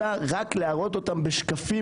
אלא רק להראות אותם בשקפים.